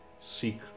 seek